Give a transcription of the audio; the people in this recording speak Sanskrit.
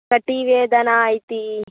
कटिवेदना इति